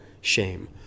shame